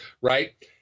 right